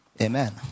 Amen